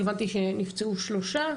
הבנתי שנפצעו שלושה,